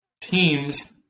teams